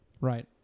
Right